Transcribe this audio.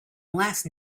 last